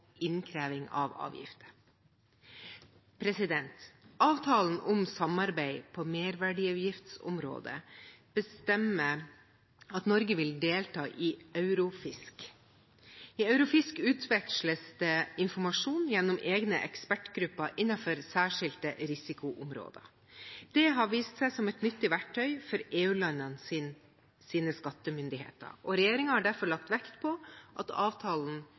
innkreving av avgifter. Avtalen om samarbeid på merverdiavgiftsområdet bestemmer at Norge vil delta i Eurofisc. I Eurofisc utveksles det informasjon gjennom egne ekspertgrupper innenfor særskilte risikoområder. Det har vist seg som et nyttig verktøy for EU-landenes skattemyndigheter, og regjeringen har derfor lagt vekt på at avtalen